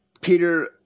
peter